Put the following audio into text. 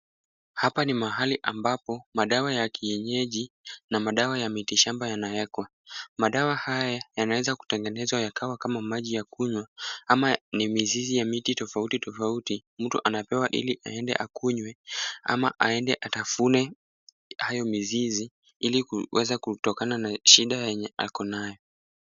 Hapa ni mahali ambapo madawa ya kienyeji na madawa ya miti shamba yanawekwa. Madawa haya yanaweza kutengenezwa yakawa kama maji ya kunywa ama ni mizizi ya miti tofauti tofauti mtu anapewa ili aende akunywe ama aende atafune hayo mizizi ili kuweza kutokana na shida yenye ako nayo.